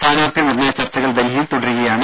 സ്ഥാനാർത്ഥി നിർണയ ചർച്ചകൾ ഡൽഹിയിൽ തുടരുന്നു